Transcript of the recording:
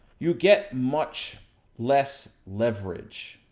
you get much less leverage.